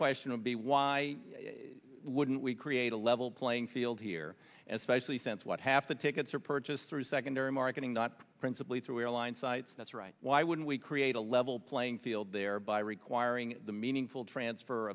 question of the why wouldn't we create a level playing field here and specially since what half the tickets are purchased through secondary marketing not principally through airline sites that's right why wouldn't we create a level playing field there by requiring the meaningful transfer